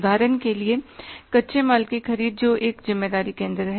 उदाहरण के लिए कच्चे माल की ख़रीद जो एक ज़िम्मेदारी केंद्र है